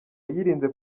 yirinze